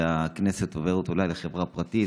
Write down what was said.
והכנסת עוברת אולי לחברה פרטית?